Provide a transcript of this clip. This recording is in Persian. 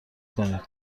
کنید